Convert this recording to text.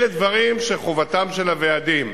אלה דברים שמחובתם של הוועדים.